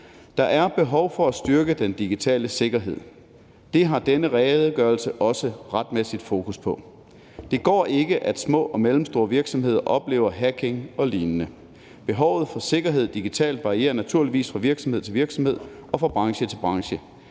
Der er behov for at styrke den digitale sikkerhed. Det har denne redegørelse også retmæssigt fokus på. Det går ikke, at små og mellemstore virksomheder oplever hacking og lignende. Behovet for sikkerhed digitalt set varierer naturligvis fra virksomhed til virksomhed og fra branche til branche,